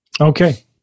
Okay